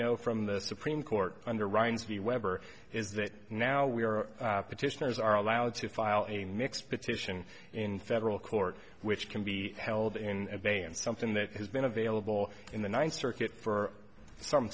know from the supreme court under ryan's v weber is that now we are petitioners are allowed to file a mix protection in federal court which can be held in abeyance something that has been available in the ninth circuit for some